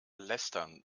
lästern